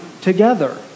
together